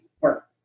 work